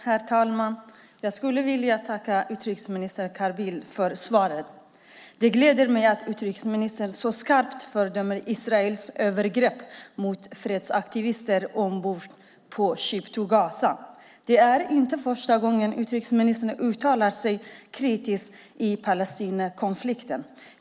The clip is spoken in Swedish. Herr talman! Jag tackar utrikesminister Carl Bildt för svaret. Det gläder mig att utrikesministern så skarpt fördömer Israels övergrepp mot fredsaktivister ombord på Ship to Gaza. Det är inte första gången utrikesministern uttalar sig kritiskt om Palestinakonflikten.